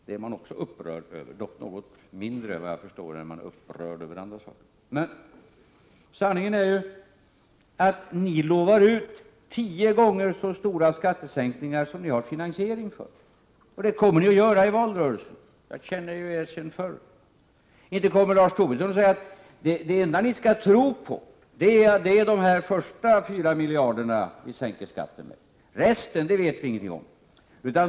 Det är de också upprörda över — dock något mindre än över andra saker, såvitt jag förstår. Sanningen är att ni lovar tio gånger större skattesänkningar än vad ni kan finansiera! Det kommer ni att göra i valrörelsen — jag känner ju er sedan tidigare! Inte kommer Lars Tobisson att säga att det enda väljarna skall tro på är de första 4 miljarderna som moderaterna sänker skatten med, resten vet de ingenting om.